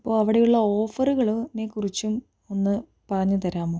അപ്പോൾ അവിടെയുള്ള ഓഫറുകളിനെക്കുറിച്ചും ഒന്ന് പറഞ്ഞു തരാമോ